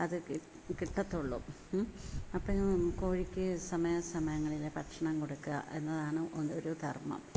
അത് കിട്ടുകയുള്ളൂ അപ്പോഴും കോഴിയ്ക്ക് സമയാസമയങ്ങളിൽ ഭക്ഷണം കൊടുക്കുക എന്നതാണ് ഒരു ധർമ്മം